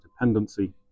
dependency